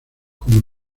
como